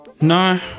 no